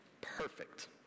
perfect